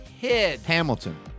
Hamilton